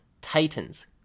Titans